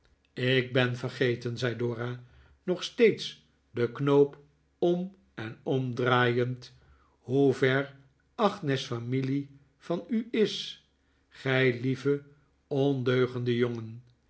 ik ben vergeten zei dora nog steeds den knoop om en omdraaiend hoe ver agnes familie van u is gij lieve ondeugende jongen